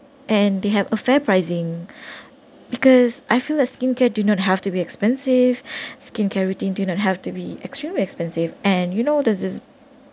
and they have a fair pricing because I feel a skincare do not have to be expensive skincare routine do not have to be extremely expensive and you know there is